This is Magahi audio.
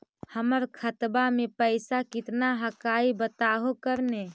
हमर खतवा में पैसा कितना हकाई बताहो करने?